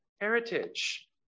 heritage